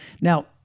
Now